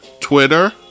Twitter